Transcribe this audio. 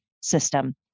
system